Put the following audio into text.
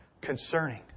concerning